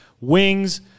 Wings